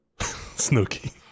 Snooky